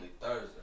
Thursday